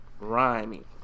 rhyming